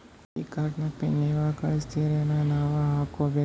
ಈ ಕಾರ್ಡ್ ನ ಪಿನ್ ನೀವ ಕಳಸ್ತಿರೇನ ನಾವಾ ಹಾಕ್ಕೊ ಬೇಕು?